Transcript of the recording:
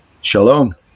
Shalom